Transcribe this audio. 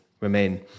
remain